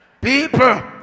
people